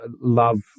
love